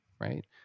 right